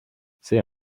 see